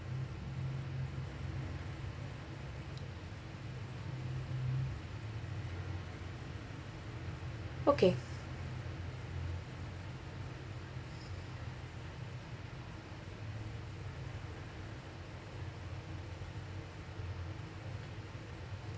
okay